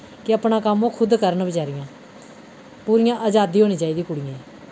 के अपना कम्म ओह् खुद करन बचारियां पूरियां अजादी होनी चाहिदी कुड़ियें ई